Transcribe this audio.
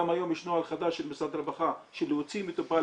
היום יש גם נוהל חדש של משרד הרווחה שלהוציא מטופל